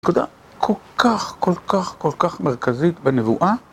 נקודה כל כך, כל כך, כל כך מרכזית בנבואה